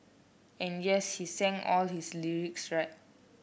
and yes he sang all his lyrics right